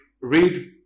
Read